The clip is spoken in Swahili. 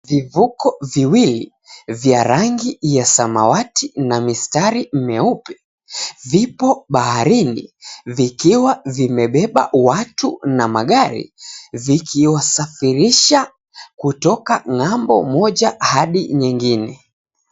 Kivuko viwili vya rangi ya samawati na mistari meupe, vipo baharini vikiwa vimebeba watu na magari vikiwasafirisha kutoka ng'ambo moja hadi nyingine.